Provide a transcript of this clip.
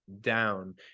down